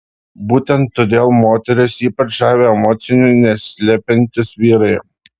būtent todėl moteris ypač žavi emocijų neslepiantys vyrai